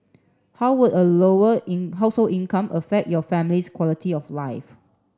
how would a lower in household income affect your family's quality of life